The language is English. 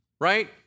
right